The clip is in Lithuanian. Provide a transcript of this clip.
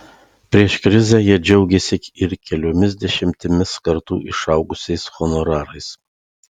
prieš krizę jie džiaugėsi ir keliomis dešimtimis kartų išaugusiais honorarais